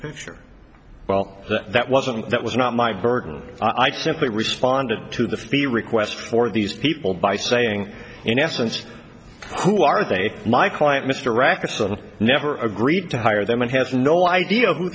picture well that wasn't that was not my burden i simply responded to the the request for these people by saying in essence who are they my client mr rakesh the never agreed to hire them and has no idea who